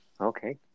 Okay